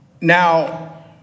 Now